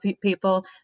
people